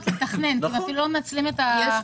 לתכנן כי אפילו לא מתכננים את מה שאפשר.